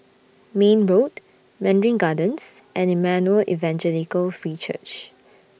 Mayne Road Mandarin Gardens and Emmanuel Evangelical Free Church